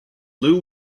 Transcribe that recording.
lew